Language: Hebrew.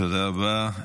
תודה רבה.